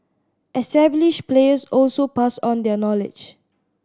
established players also pass on their knowledge